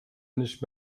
nicht